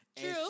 True